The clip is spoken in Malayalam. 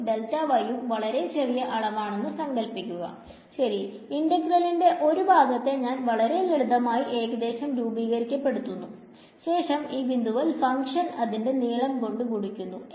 ഉം ഉം വളരെ ചെറിയ അളവാണെന്ന് സങ്കല്പിക്കുക ശെരി ഇന്റഗ്രലിന്റെ ഈ ഒരു ഭാഗത്തെ ഞാൻ വളരെ ലളിതമായി ഏകദേശം രൂപീകരിക്കപ്പെടുത്തുന്നു ശേഷം ഈ ബിന്ദുവിൽ ഫങ്ക്ഷൻ അതിന്റെ നീളം കൊണ്ട് ഗുണിക്കുന്നു